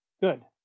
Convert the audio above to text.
Good